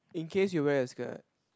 in case you wear a skirt